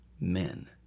men